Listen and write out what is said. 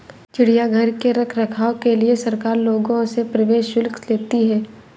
चिड़ियाघर के रख रखाव के लिए सरकार लोगों से प्रवेश शुल्क लेती है